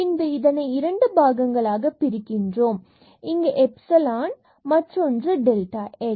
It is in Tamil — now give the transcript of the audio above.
பின்பு இதனை இரண்டு பாகங்களாக பரிக்கிறோம் இங்கு ஒன்று எப்சிலான் மற்றொன்று டெல்டா x